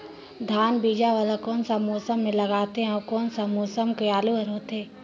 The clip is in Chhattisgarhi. धान बीजा वाला कोन सा मौसम म लगथे अउ कोन सा किसम के आलू हर होथे?